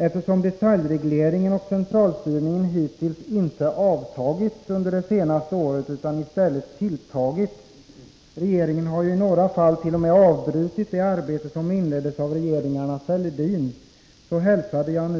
Eftersom detaljregleringen och centralstyrningen hittills inte avtagit under det senaste året utan i stället tilltagit — regeringen har ju i några fall t.o.m. avbrutit det arbete som inleddes av regeringarna Fälldin — hälsade jag